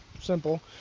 simple